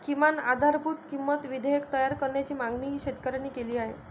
किमान आधारभूत किंमत विधेयक तयार करण्याची मागणीही शेतकऱ्यांनी केली आहे